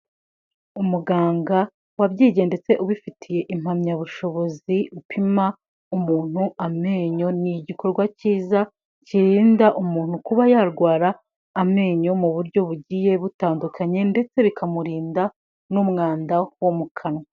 Umuganga wabyigiye ndetse ubifitiye impamyabushobozi upima umuntu amenyo, ni igikorwa cyiza kirinda umuntu kuba yarwara amenyo mu buryo bugiye butandukanye ndetse bikamurinda n'umwanda wo mu kanwa.